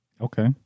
Okay